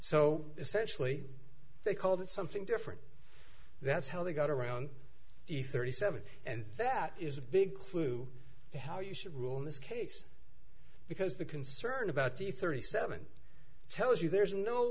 so essentially they called it something different that's how they got around the thirty seven and that is a big clue to how you should rule in this case because the concern about the thirty seven tells you there is no